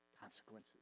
consequences